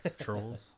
Trolls